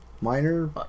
Minor